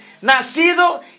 nacido